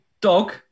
Dog